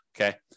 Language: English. okay